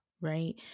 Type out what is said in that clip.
right